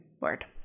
Word